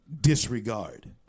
disregard